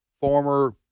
former